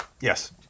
Yes